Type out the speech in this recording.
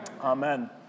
Amen